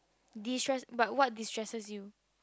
distress but what distresses you